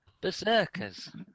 Berserkers